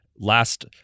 Last